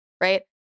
right